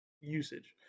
usage